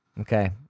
Okay